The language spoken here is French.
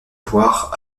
voire